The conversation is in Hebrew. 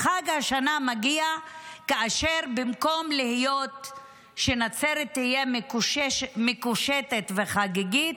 החג השנה מגיע כאשר במקום שנצרת תהיה מקושטת וחגיגית,